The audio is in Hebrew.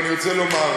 ואני רוצה לומר